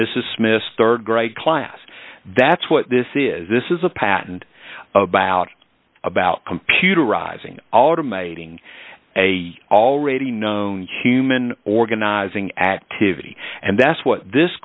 mrs smith's rd grade class that's what this is this is a patent about about computerizing automating a already known human organizing activity and that's what this